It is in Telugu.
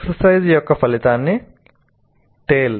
ఎక్సర్సైజ్ యొక్క ఫలితాన్ని tale